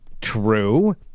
true